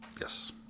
Yes